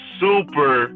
super